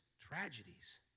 tragedies